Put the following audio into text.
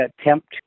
attempt